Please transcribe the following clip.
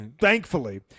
thankfully